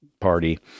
party